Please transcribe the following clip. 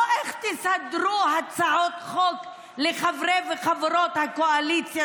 לא איך תסדרו הצעות חוק לחברי וחברות הקואליציה,